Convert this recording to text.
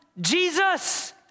Jesus